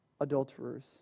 adulterers